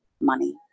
money